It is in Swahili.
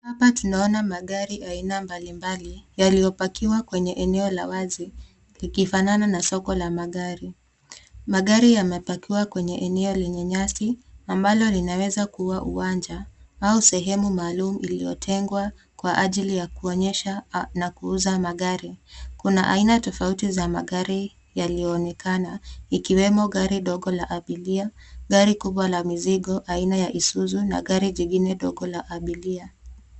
Hapa tunaona magari aina mbalimbali yaliyopakiwa kwenye eneo la wazi ikifanana na soko la magari. Magari yamepakiwa kwenye eneo lenye nyasi ambalo linaweza kuwa uwanja au sehemu maalum iliyotengwa kwa ajili ya kuonyesha na kuuza magari. Kuna aina tofauti za magari yaliyoonekana ikiwemo gari ndogo la abiria, gari kubwa la mizigo aina ya Isuzu na gari lingine dogo la abiria.